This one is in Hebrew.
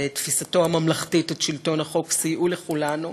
תפיסתו הממלכתית את שלטון החוק, סייעו לכולנו,